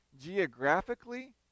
geographically